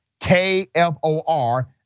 KFOR